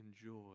enjoy